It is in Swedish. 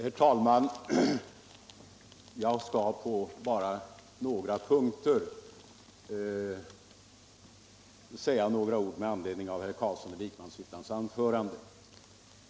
Herr talman! Jag skall bara på några punkter säga några ord med anledning av herr Carlssons i Vikmanshyttan anförande.